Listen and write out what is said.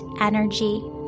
energy